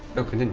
okay.